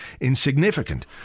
insignificant